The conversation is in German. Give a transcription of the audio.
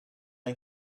ein